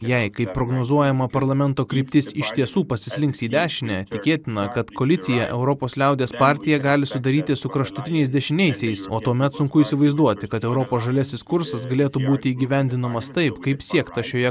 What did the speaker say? jei kaip prognozuojama parlamento kryptis iš tiesų pasislinks į dešinę tikėtina kad koalicija europos liaudies partija gali sudaryti su kraštutiniais dešiniaisiais o tuomet sunku įsivaizduoti kad europos žaliasis kursas galėtų būti įgyvendinamas taip kaip siekta šioje